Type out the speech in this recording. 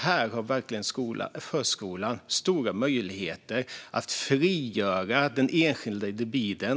Här har verkligen förskolan stora möjligheter att frigöra den enskilda individen.